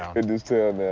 in this town,